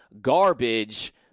garbage